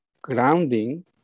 grounding